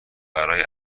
برای